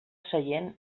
seient